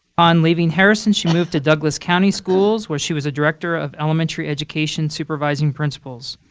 on leaving harrison, she moved to douglas county schools, where she was a director of elementary education supervising principals.